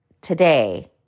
today